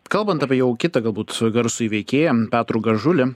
kalbant apie jau kitą galbūt garsųjį veikėją petrą gražulį